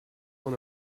one